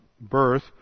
birth